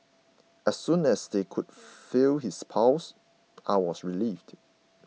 as soon as they could feel his pulse I was relieved